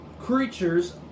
creatures